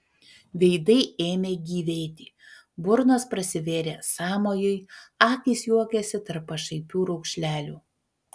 veidai ėmė gyvėti burnos prasivėrė sąmojui akys juokėsi tarp pašaipių raukšlelių